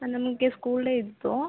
ಹಾಂ ನಮಗೆ school day ಇತ್ತು